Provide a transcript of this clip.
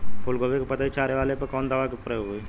फूलगोभी के पतई चारे वाला पे कवन दवा के प्रयोग होई?